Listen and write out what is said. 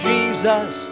Jesus